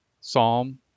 Psalm